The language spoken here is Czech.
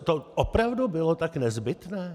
To opravdu bylo tak nezbytné?